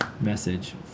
message